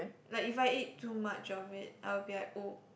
like if I eat too much of it I'll be like oh